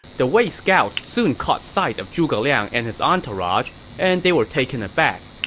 the wei scouts soon caught sight of zhuge liang and his entourage, and they were taken aback.